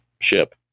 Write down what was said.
ship